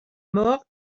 mort